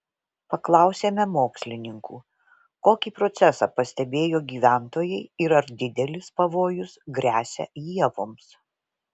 paklausėme mokslininkų kokį procesą pastebėjo gyventojai ir ar didelis pavojus gresia ievoms